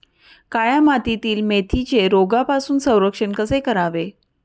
काळ्या मातीतील मेथीचे रोगापासून संरक्षण कसे करावे?